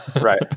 right